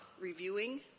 reviewing